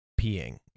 peeing